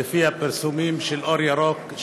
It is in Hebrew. לפי הפרסומים של אור ירוק,